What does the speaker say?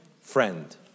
friend